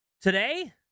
Today